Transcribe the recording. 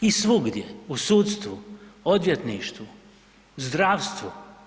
I svugdje, u sudstvu, odvjetništvu, zdravstvu.